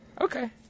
Okay